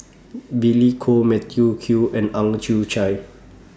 Billy Koh Matthew Ngui and Ang Chwee Chai